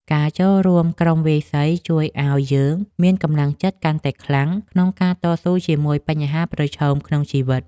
ការចូលរួមក្រុមវាយសីជួយឱ្យយើងមានកម្លាំងចិត្តកាន់តែខ្លាំងក្នុងការតស៊ូជាមួយបញ្ហាប្រឈមក្នុងជីវិត។